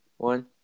One